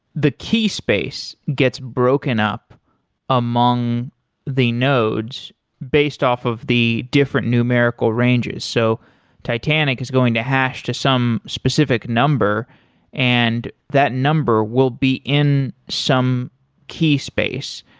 the key space gets broken up among the nodes based off of the different numerical rangers. so titanic is going to hash to some specific number and that number will be in some key space,